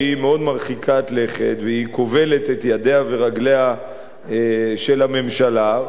שהיא מאוד מרחיקת לכת והיא כובלת את ידיה ורגליה של הממשלה,